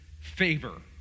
favor